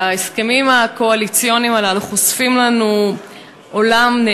ההסכמים הקואליציוניים הללו חושפים לנו עולם,